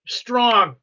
strong